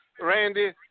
Randy